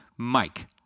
Mike